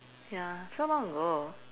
ya so long ago